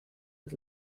was